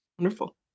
Wonderful